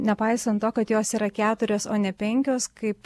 nepaisant to kad jos yra keturios o ne penkios kaip